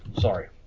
Sorry